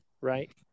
right